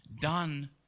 done